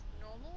normal